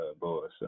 boa